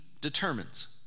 determines